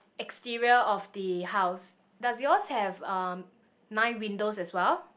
exterior of the house does yours have um nine windows as well